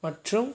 மற்றும்